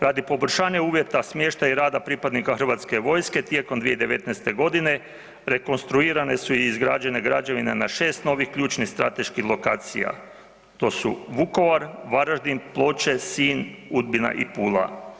Radi poboljšanja uvjeta smještaja i rada pripadnika hrvatske vojske tijekom 2019.-te godine rekonstruirane su i izgrađene građevine na šest novih ključnih strateških lokacija, to su Vukovar, Varaždin, Ploče, Sinj, Udbina i Pula.